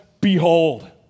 Behold